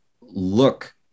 look